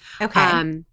Okay